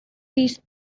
these